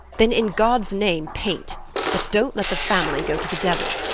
then in god's name paint! but don't let the family go to the devil.